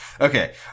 okay